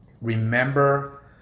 remember